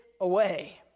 away